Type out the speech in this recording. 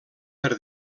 per